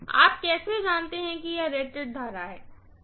आप कैसे जानते हैं कि यह रेटेड करंट है